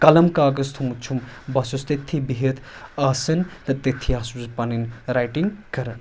قلم کاغذ تھوٚمُت چھُم بہٕ حظ چھُس تٔتتھٕے بِہِتھ آسان تہٕ تٔتتھٕے حظ چھُس پَنٕنۍ رایٹِنگ کَران